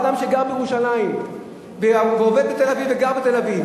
אדם שגר בירושלים ועובד בתל-אביב וגר בתל-אביב